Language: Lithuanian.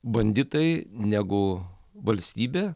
banditai negu valstybė